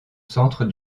centre